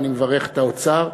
ואני מברך את האוצר,